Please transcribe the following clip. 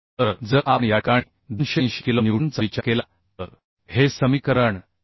तर जर आपण या ठिकाणी 280 किलो न्यूटन चा विचार केला तर हे समीकरण 92